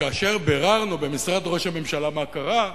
וכאשר ביררנו במשרד ראש הממשלה מה קרה,